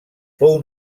fou